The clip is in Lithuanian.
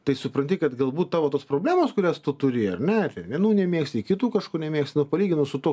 tai supranti kad galbūt tavo tos problemos kurias tu turi ar ne vienų nemėgsti kitų kažko nemėgsti nu palyginus su tuo